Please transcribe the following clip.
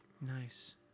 nice